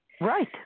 Right